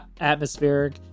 atmospheric